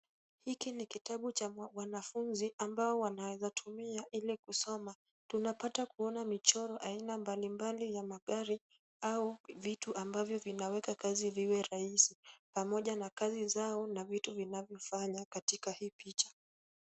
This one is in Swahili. Hiki ni kitabu cha wanafunzi ambao wanaweza tumia ili kusoma. Tunapata kuona michoro aina mbali mbali ya magari au vitu ambavyo vinaweka kazi viwe rahisi pamoja na kazi zao na vitu vinavyofanya katika hii picha.